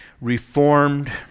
reformed